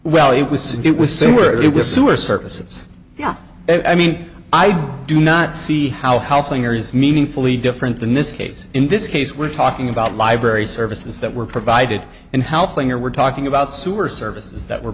sick it was somewhere it was sewer services yeah i mean i do not see how how slingers meaningfully different than this case in this case we're talking about libraries services that were provided in helping or we're talking about sewer services that were